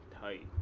tight